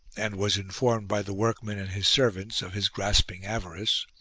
and was informed by the workmen and his servants of his grasping avarice,